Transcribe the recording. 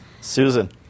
Susan